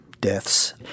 deaths